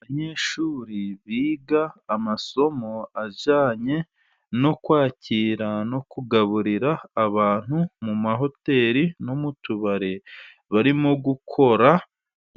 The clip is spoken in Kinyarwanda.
Abanyeshuri biga amasomo ajyanye no kwakira no kugaburira abantu mu mahoteli no mu tubare, barimo gukora